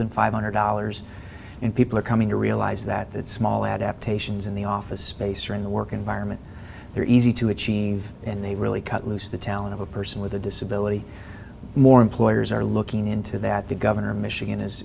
than five hundred dollars and people are coming to realize that that small adaptations in the office space or in the work environment they're easy to achieve and they really cut loose the talent of a person with a disability more employers are looking into that the governor of michigan is